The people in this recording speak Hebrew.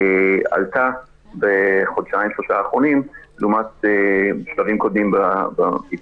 בחודשיים שלושה האחרונים לעומת שלבים קודמים.